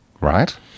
Right